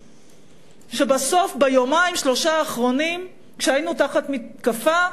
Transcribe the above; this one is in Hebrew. בסוף, ביומיים-שלושה האחרונים, כשהיינו תחת מתקפה,